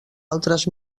altres